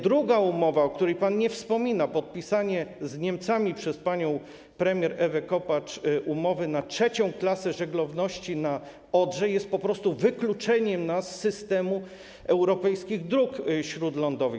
Druga umowa, o której pan nie wspomina - podpisanie z Niemcami przez panią premier Ewę Kopacz umowy na trzecią klasę żeglowności na Odrze - oznacza po prostu wykluczenie nas z systemu europejskich dróg śródlądowych.